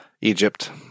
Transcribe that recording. Egypt